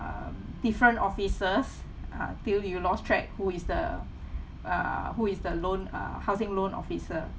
um different officers until you lost track who is the uh who is the loan uh housing loan officer